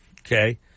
Okay